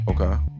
okay